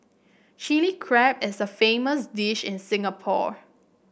Chilli Crab is a famous dish in Singapore